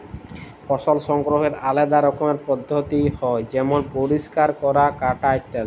ফসল সংগ্রহলের আলেদা রকমের পদ্ধতি হ্যয় যেমল পরিষ্কার ক্যরা, কাটা ইত্যাদি